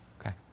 Okay